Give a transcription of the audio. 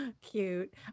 Cute